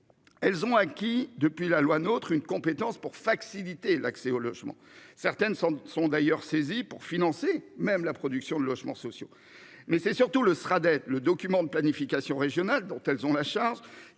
Elles ont acquis depuis la loi notre une compétence pour fac-similés l'accès au logement. Certaines sont sont d'ailleurs saisi pour financer, même la production de logements sociaux. Mais c'est surtout le sera d'être le document de planification régionale dont elles ont la charge